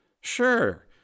Sure